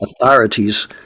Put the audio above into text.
authorities